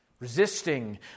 resisting